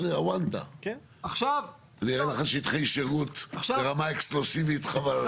אני אראה לך שטחי שירות ברמה אקסקלוסיבית חבל על הזמן.